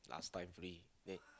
last time free eh